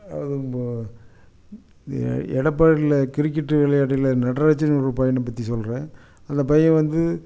அதாவது இந்த எ எடப்பாடியில் கிரிக்கெட்டு விளையாட்டில் நட்ராஜினு ஒரு பையனை பற்றி சொல்கிறேன் அந்த பையன் வந்து